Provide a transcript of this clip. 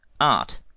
art